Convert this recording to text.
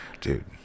dude